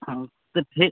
हाँ तो ठी